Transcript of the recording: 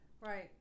Right